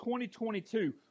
2022